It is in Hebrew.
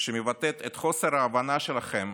שמבטאת את חוסר ההבנה שלכם